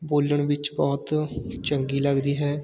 ਬੋਲਣ ਵਿੱਚ ਬਹੁਤ ਚੰਗੀ ਲੱਗਦੀ ਹੈ